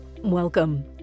Welcome